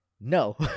no